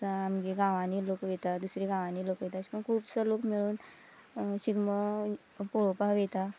so आमगे गांवांनी लोक वयता दुसरे गांवांनी लोक वयता अशें कोन्न खुबसो लोक मेळून शिगमो पळोवपाक वयता